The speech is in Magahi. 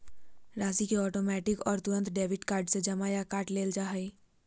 राशि के ऑटोमैटिक और तुरंत डेबिट कार्ड से जमा या काट लेल जा हइ